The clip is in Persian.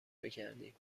بگردیم